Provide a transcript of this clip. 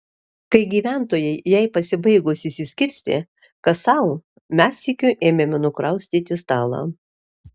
kai gyventojai jai pasibaigus išsiskirstė kas sau mes sykiu ėmėme nukraustyti stalą